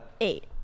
Eight